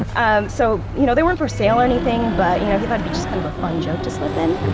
um, so you know they weren't for sale or anything but you know he thought it'd be just kind of a fun joke to slip in.